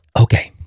okay